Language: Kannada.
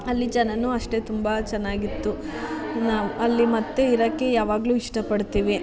ಅಲ್ಲಿ ಜನಾನೂ ಅಷ್ಟೇ ತುಂಬ ಚೆನ್ನಾಗಿತ್ತು ನಾವು ಅಲ್ಲಿ ಮತ್ತು ಇರೋಕ್ಕೆ ಯಾವಾಗಲೂ ಇಷ್ಟ ಪಡ್ತೀವಿ